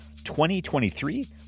2023